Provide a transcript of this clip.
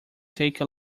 take